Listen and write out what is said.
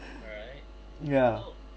yeah